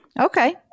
Okay